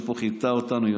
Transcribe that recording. שכיבדה אותנו פה,